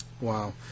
Wow